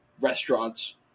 restaurants